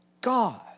God